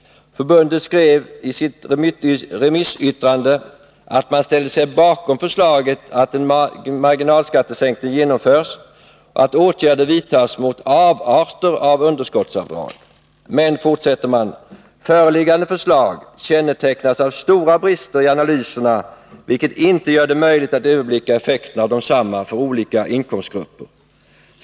Förbundet skrev i sitt remissyttrande att man ställde sig bakom förslaget att en marginalskattesänkning genomförs och att åtgärder vidtas mot avarter av underskottsavdrag. Men, fortsätter man, föreliggande förslag kännetecknas av stora brister i analyserna, vilket inte gör det möjligt att överblicka effekten av detsamma för olika inkomstgrupper.